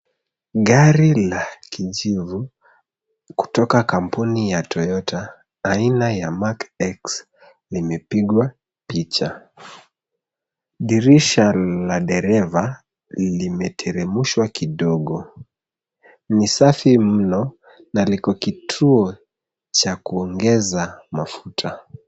Gari la kijivu kutoka kampuni ya Toyota aina ya Mark X limepigwa picha. Dirisha la dereva limeteremshwa kidogo. Ni safi mno na liko kituo cha kuongeza mafuta.